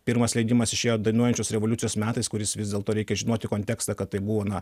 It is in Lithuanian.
pirmas leidimas išėjo dainuojančios revoliucijos metais kuris vis dėlto reikia žinoti kontekstą kad tai buvo na